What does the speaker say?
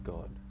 God